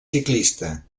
ciclista